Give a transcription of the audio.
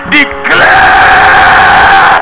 declare